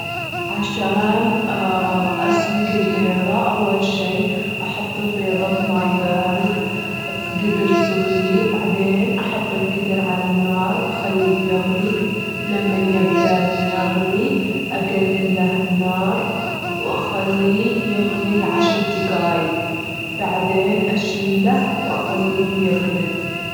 عشان أسلج البيضة أول شي أحط البيضة في ميي بارد في جدر صغير، بعدين أحط الجدر على النار وأخليه يغلي، لمان يبدان يغلي أجلل له النار وأخليه يغلي لعشر دجايج، بعدين أشيله وأخليه يبرد.